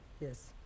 Yes